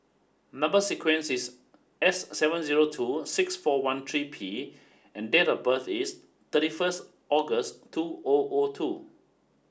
number sequence is S seven zero two six four one three P and date of birth is thirty first August two O O two